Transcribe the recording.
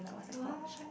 what